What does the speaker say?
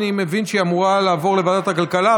אני מבין שהיא אמורה לעבור לוועדת הכלכלה,